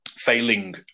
failing